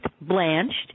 blanched